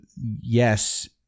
yes